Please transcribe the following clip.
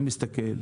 אני מסתכל,